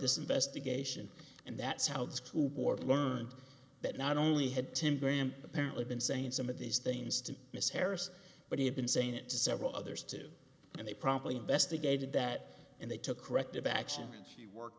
investigation and that's how the school board learned that not only had tim graham apparently been saying some of these things to miss harris but he had been saying it to several others too and they promptly investigated that and they took corrective action he worked